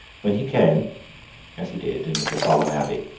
when he came as he did into the solemn abbey,